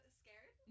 scared